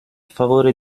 favore